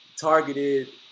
targeted